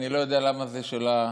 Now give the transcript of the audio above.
אכיפה),